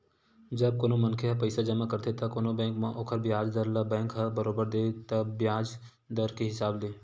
जब कोनो मनखे ह पइसा जमा करथे त कोनो बेंक म ओखर बियाज दर ल बेंक ह बरोबर देथे तय बियाज दर के हिसाब ले